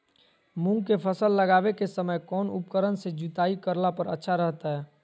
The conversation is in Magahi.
मूंग के फसल लगावे के समय कौन उपकरण से जुताई करला पर अच्छा रहतय?